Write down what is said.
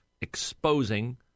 exposing